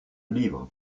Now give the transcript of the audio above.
livre